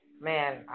Man